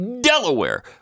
Delaware